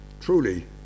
Truly